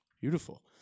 beautiful